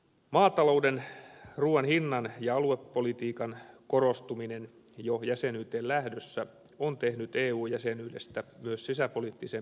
maatalouden ruuan hinnan ja aluepolitiikan korostuminen jo jäsenyyteen lähdössä on tehnyt eu jäsenyydestä myös sisäpoliittisen pelivälineen